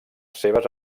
seves